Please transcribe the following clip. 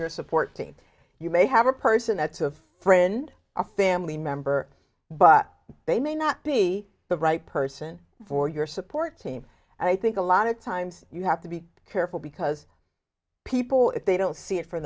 your support team you may have a person that's a friend or family member but they may not be the right person for your support team and i think a lot of times you have to be careful because people if they don't see it for